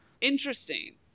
Interesting